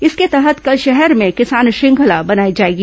इसके तहत कल शहर में किसान श्रृंखला बनाई जाएगी